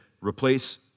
replace